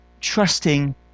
trusting